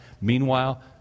Meanwhile